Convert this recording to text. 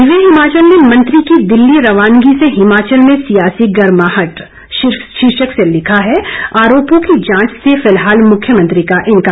दिव्य हिमाचल ने मंत्री की दिल्ली रवानगी से हिमाचल में सियासी गरमाहट शीर्षक से लिखा है आरोपों की जांच से फिलहाल मुख्यमंत्री का इंकार